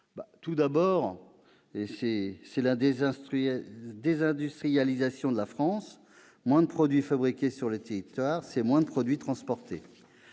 tout d'abord à la désindustrialisation de la France : moins de produits fabriqués sur le territoire, c'est moins de produits transportés.